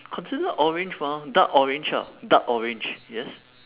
considered orange mah dark orange ah dark orange yes